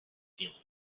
stealing